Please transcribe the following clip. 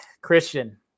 Christian